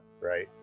right